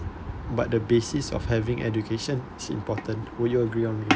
but the basis of having education is important would you agree on me